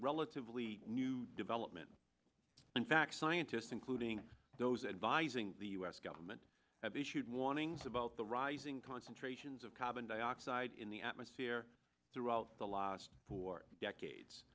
relatively new development in fact scientists including those advising the u s government have issued warnings about the rising concentrations of carbon dioxide in the atmosphere throughout the last four decades